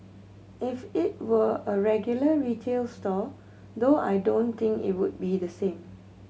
if it were a regular retail store though I don't think it would be the same